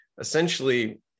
essentially